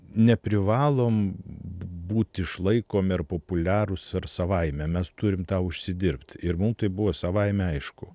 neprivalom būt išlaikomi ar populiarūs ar savaime mes turim tą užsidirbt ir mum tai buvo savaime aišku